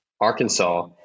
Arkansas